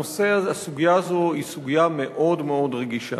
הסוגיה הזאת היא סוגיה מאוד רגישה,